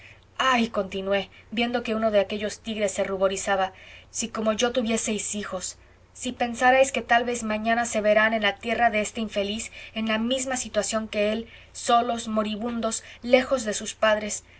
pobre enfermo que no puede defenderse ay si como yo tuvieseis hijos si pensarais que tal vez mañana se verán en la tierra de este infeliz en la misma situación que él solos moribundos lejos de sus padres